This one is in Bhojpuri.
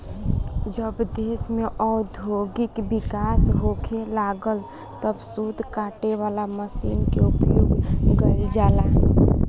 जब देश में औद्योगिक विकास होखे लागल तब सूत काटे वाला मशीन के उपयोग गईल जाला